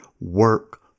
work